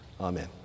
amen